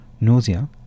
nausea